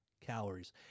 calories